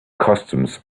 customs